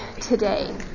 today